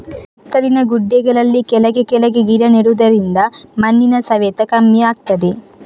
ಸುತ್ತಲಿನ ಗುಡ್ಡೆಗಳಲ್ಲಿ ಕೆಳಗೆ ಕೆಳಗೆ ಗಿಡ ನೆಡುದರಿಂದ ಮಣ್ಣಿನ ಸವೆತ ಕಮ್ಮಿ ಆಗ್ತದೆ